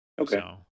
Okay